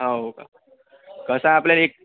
हो का कसं आपला रेट